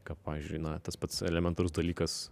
ka pavyzdžiui na tas pats elementarus dalykas